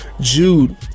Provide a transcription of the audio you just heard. Jude